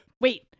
wait